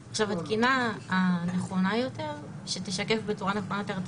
התקינה הנכונה יותר שתשקף בצורה נכונה יותר את